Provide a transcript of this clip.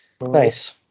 Nice